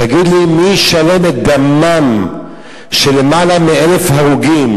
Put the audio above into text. תגיד לי, מי ישלם את דמם של למעלה מ-1,000 הרוגים,